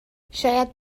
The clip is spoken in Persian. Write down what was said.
شاید